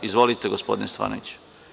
Izvolite, gospodine Stefanoviću.